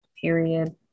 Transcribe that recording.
period